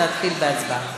להתחיל בהצבעה.